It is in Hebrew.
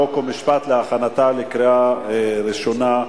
חוק ומשפט להכנתה לקריאה ראשונה.